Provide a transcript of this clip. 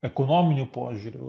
ekonominiu požiūriu